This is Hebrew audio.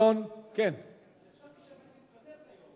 מס' 60) (עובדי ועדת הבחירות המרכזית),